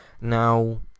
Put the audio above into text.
Now